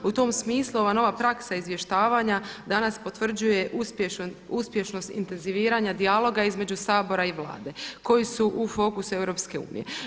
U tom smislu ova nova praksa izvještavanja danas potvrđuje uspješnost intenziviranja dijaloga između Sabora i Vlade koji su u fokusu EU.